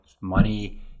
money